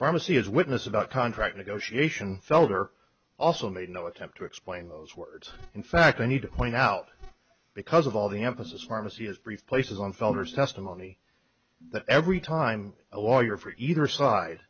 pharmacy as witness about contract negotiation felder also made no attempt to explain those words in fact i need to point out because of all the emphasis pharmacy has briefed places on fellers testimony that every time a lawyer for either side